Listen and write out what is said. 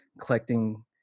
collecting